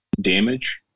damage